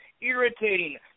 irritating